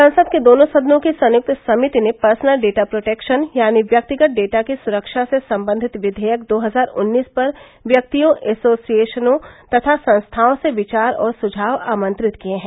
संसद के दोनों सदनों की संयुक्त समिति ने पर्सनल डेटा प्रोटेक्शन यानी व्यक्तिगत डेटा की सुरक्षा से संबंधित विधेयक दो हजार उन्नीस पर व्यक्तियों एसोसिएशनों तथा संस्थाओं से विचार और सुझाव आमंत्रित किये हैं